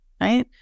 right